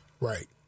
Right